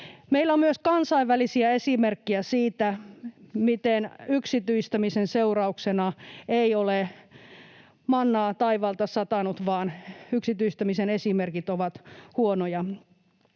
Meillä on myös kansainvälisiä esimerkkejä siitä, miten yksityistämisen seurauksena ei ole mannaa taivaalta satanut, vaan yksityistämisen esimerkit ovat huonoja.